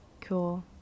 cool